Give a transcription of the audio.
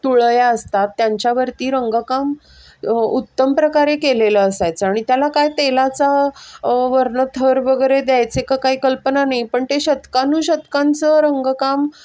तुळया असतात त्यांच्यावरती रंगकाम उत्तम प्रकारे केलेलं असायचं आणि त्याला काय तेलाचा वरनं थर वगैरे द्यायचे का काही कल्पना नाही पण ते शतकानु शतकांचं रंगकाम